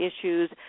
issues